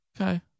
Okay